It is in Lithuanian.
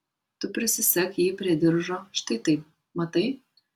tu prisisek jį prie diržo štai taip matai